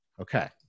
Okay